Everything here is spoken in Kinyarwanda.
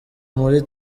muri